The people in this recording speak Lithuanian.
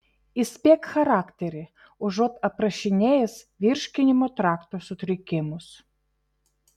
įspėk charakterį užuot aprašinėjęs virškinimo trakto sutrikimus